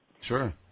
Sure